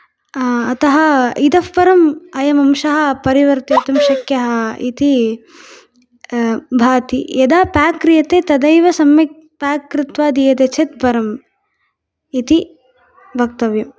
अतः इतः परं अयं अंशः परिवर्तयितुं शक्यः इति भाति यदा पाक् क्रियते तदा एव सम्यक् पाक् कृत्वा दीयते चेत् वरम् इति वक्तव्यम्